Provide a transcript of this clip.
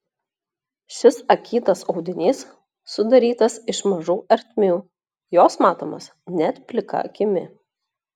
šis akytas audinys sudarytas iš mažų ertmių jos matomos net plika akimi